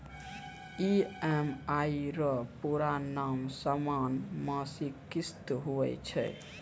EMI रो पूरा नाम समान मासिक किस्त हुवै छै